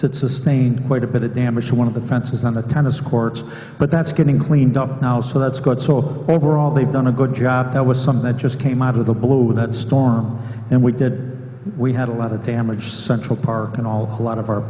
that sustained quite a bit of damage to one of the fences on the tennis courts but that's getting cleaned up now so that's good so overall they've done a good job that was something that just came out of the blue with that storm and we did we had a lot of damage central park and all a lot of our